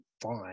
fine